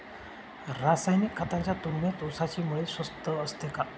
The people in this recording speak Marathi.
रासायनिक खतांच्या तुलनेत ऊसाची मळी स्वस्त असते का?